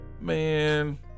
Man